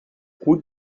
route